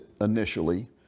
initially